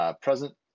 present